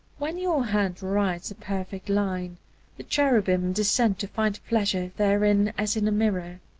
when your hand writes a perfect line the cherubim descend to find pleasure therein as in a mirror.